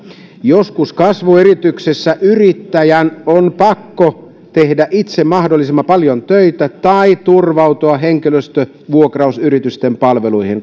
joskus kasvuyrityksessä yrittäjän on pakko tehdä itse mahdollisimman paljon töitä tai turvautua henkilöstövuokrausyritysten palveluihin